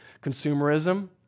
consumerism